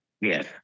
Yes